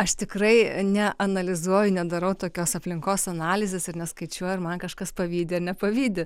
aš tikrai neanalizuoju nedarau tokios aplinkos analizės ir neskaičiuoju ar man kažkas pavydi ar nepavydi